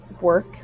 work